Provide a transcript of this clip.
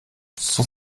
cent